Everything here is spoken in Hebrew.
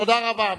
תודה רבה.